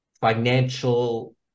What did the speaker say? financial